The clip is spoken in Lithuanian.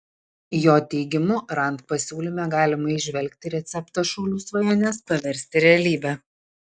jo teigimu rand pasiūlyme galima įžvelgti receptą šaulių svajones paversti realybe